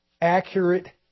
accurate